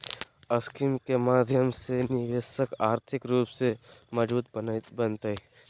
scheme के माध्यम से निवेशक आर्थिक रूप से मजबूत बनतय